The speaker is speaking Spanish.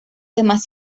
demás